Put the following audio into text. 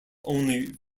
only